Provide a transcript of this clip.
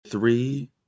Three